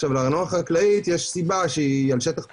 עכשיו לארנונה חקלאית יש סיבה שהיא על שטח פתוח.